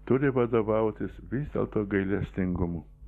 turi vadovautis vis dėlto gailestingumu